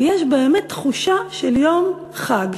ויש באמת תחושה של יום חג,